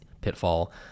pitfall